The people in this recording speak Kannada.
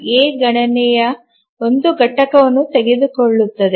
ಎ ಗಣನೆಯ ಒಂದು ಘಟಕವನ್ನು ತೆಗೆದುಕೊಳ್ಳುತ್ತದೆ